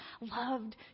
loved